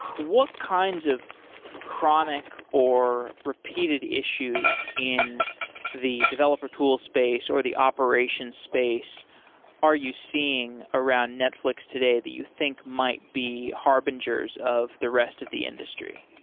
what kinds of chronic or repeated issues in the developer tool space or the operation space are you seeing around netflix today that you think might be harbingers of the rest of the industry?